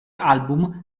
album